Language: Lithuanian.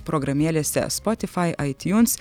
programėlėse spotifai aitiuns